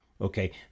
okay